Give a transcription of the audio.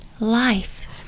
Life